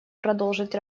продолжить